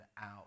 out